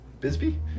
Bisbee